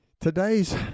Today's